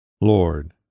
Lord